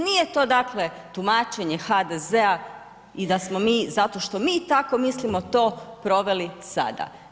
Nije to dakle tumačenje HDZ-a i da smo mi zato što mi tako mislimo to proveli sada.